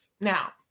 Now